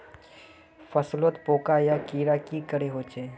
फसलोत पोका या कीड़ा की करे होचे?